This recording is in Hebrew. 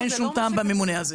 אם ככה אז אין שום טעם בממונה הזה.